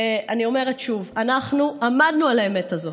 ואני אומרת שוב: אנחנו עמדנו על האמת הזאת.